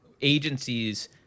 agencies